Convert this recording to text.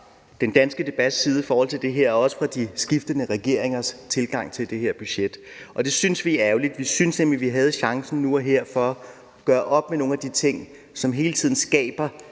den danske debat i forhold til det her og også i forhold til de skiftende regeringers tilgang til det her budget. Det synes vi er ærgerligt. Vi synes, at vi havde chancen nu og her for at gøre op med nogle af de ting, som hele tiden skaber